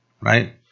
right